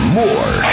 more